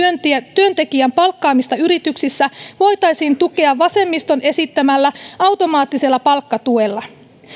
työntekijän palkkaamista yrityksissä voitaisiin tukea vasemmiston esittämällä automaattisella palkkatuella